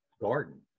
garden